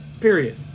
period